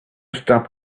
stop